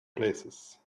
places